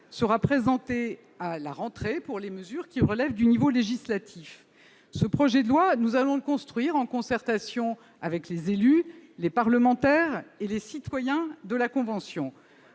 sera présenté à la rentrée pour les mesures qui relèvent du niveau législatif. Ce projet de loi, nous allons le construire en concertation avec les élus, les parlementaires et les citoyens de la Convention.